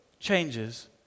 changes